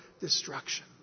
destruction